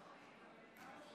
לסעיף 2 של חברי הכנסת איימן עודה,